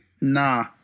Nah